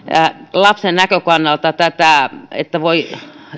lapsen näkökannalta tätä että voi